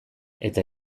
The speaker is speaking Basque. eta